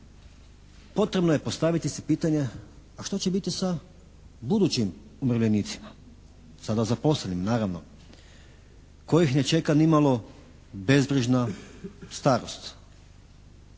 potrebno je postaviti si pitanje a što će biti sa budućim umirovljenicima. Sada zaposlenim naravno kojih ne čeka ni malo bezbrižna starost.